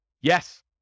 Yes